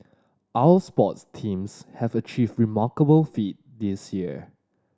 our sports teams have achieve remarkable feat this year